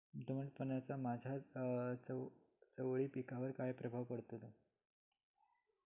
दमटपणाचा माझ्या चवळी पिकावर काय प्रभाव पडतलो?